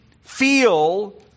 feel